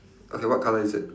okay what colour is it